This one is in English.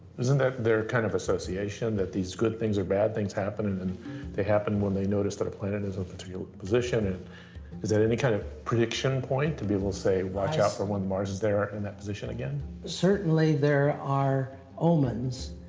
isn't that their kind of association, that these good things or bad things happen? and and they happen when they notice that a planet is in a ah particular position. and is that any kind of prediction point, to be able say watch out for when mars is there in that position again? certainly there are omens,